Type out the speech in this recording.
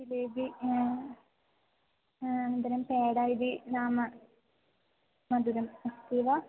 जिलेबि अनन्तरं पेडा इति नाम मधुरम् अस्ति वा